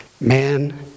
Man